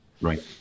Right